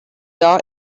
your